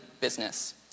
business